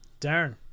Darren